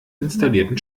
installierten